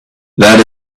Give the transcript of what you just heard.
that